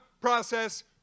process